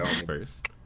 first